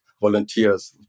volunteers